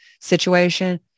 situation